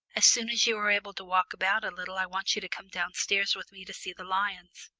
as soon as you are able to walk about a little i want you to come downstairs with me to see the lions.